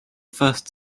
first